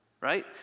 right